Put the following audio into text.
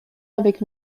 avec